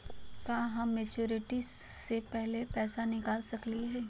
का हम मैच्योरिटी से पहले पैसा निकाल सकली हई?